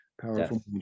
powerful